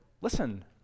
listen